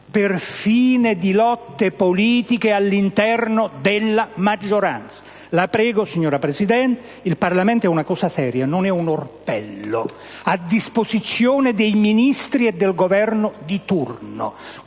per fini di lotte politiche all'interno della maggioranza. La prego, signora Presidente: il Parlamento è una cosa seria, non un orpello a disposizione dei Ministri e del Governo di turno.